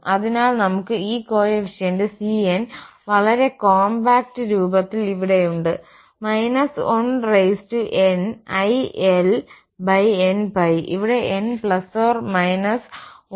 അതിനാൽ നമുക്ക് ഈ കോഫിഫിഷ്യന്റ് cn വളരെ കോംപാക്ട് രൂപത്തിൽ ഇവിടെയുണ്ട് −1nilnπ ഇവിടെ n ±1± 2 etc